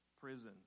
prison